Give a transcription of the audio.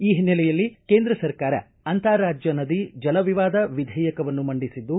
ಈ ಹಿನ್ನೆಲೆಯಲ್ಲಿ ಕೇಂದ್ರ ಸರ್ಕಾರ ಅಂತಾರಾಜ್ಯ ನದಿ ಜಲವಿವಾದ ವಿಧೇಯಕವನ್ನು ಮಂಡಿಸಿದ್ದು